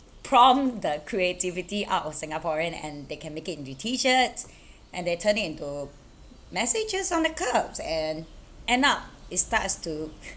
prompt the creativity out of singaporean and they can make it into t-shirts and they turn it into messages on the curbs and end up it starts to